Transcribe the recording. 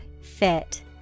fit